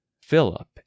Philip